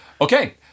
Okay